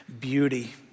beauty